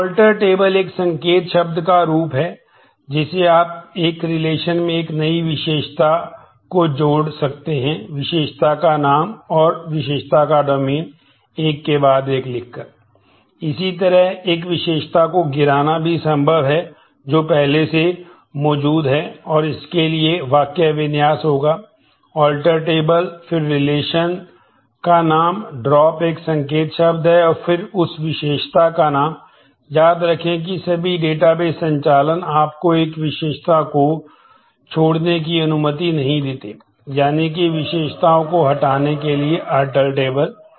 तो alter table एक संकेत शब्द है और फिर विशेषता का नाम याद रखें कि सभी डेटाबेस संचालन आपको एक विशेषता को छोड़ने की अनुमति नहीं देते यानी कि विशेषताओं को हटाने के लिए अल्टर टेबल